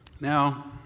Now